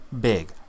big